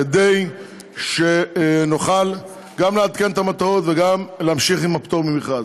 כדי שנוכל גם לעדכן את המטרות וגם להמשיך עם הפטור ממכרז.